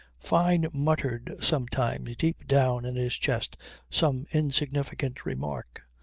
fyne muttered sometimes deep down in his chest some insignificant remark.